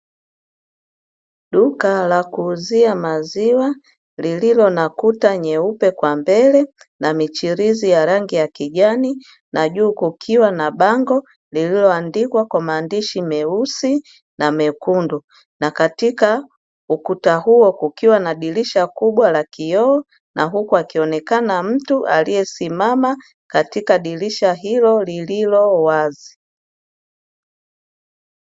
Duka la kuuzia maziwa lililonakuta nyeupe kwa mbele na michirizi ya rangi ya kijani na juu kukiwa na bango lililoandikwa kwa maandishi meusi na mekundu, na katika ukuta huo kukiwa na dirisha kubwa la kioo na huku wakionekana mtu aliyesimama katika dirisha hilo lililo wazi.